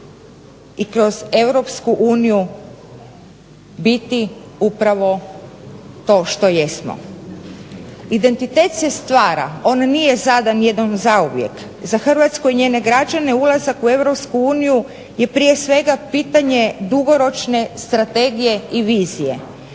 uniju biti upravo to što jesmo. Identitet se stvara. On nije zadan jednom zauvijek. Za Hrvatsku i njene građane ulazak u Europsku uniju je prije svega pitanje dugoročne strategije i vizije.